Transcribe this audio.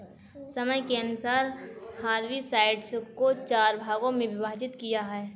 समय के अनुसार हर्बिसाइड्स को चार भागों मे विभाजित किया है